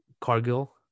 Cargill